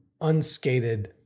unskated